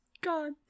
God